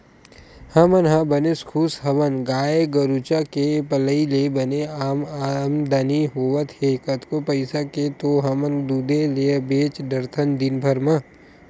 हमन ह बने खुस हवन गाय गरुचा के पलई ले बने आमदानी होवत हे कतको पइसा के तो हमन दूदे ल बेंच डरथन दिनभर म